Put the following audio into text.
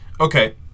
Okay